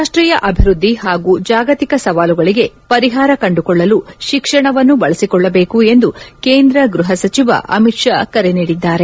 ರಾಷ್ಟೀಯ ಅಭಿವೃದ್ದಿ ಹಾಗೂ ಜಾಗತಿಕ ಸವಾಲುಗಳಿಗೆ ಪರಿಹಾರ ಕಂಡುಕೊಳ್ಳಲು ಶಿಕ್ಷಣವನ್ನು ಬಳಸಿಕೊಳ್ಳಬೇಕು ಎಂದು ಕೇಂದ್ರ ಗೃಹ ಸಚಿವ ಅಮಿತ್ ಶಾ ಕರೆ ನೀಡಿದ್ದಾರೆ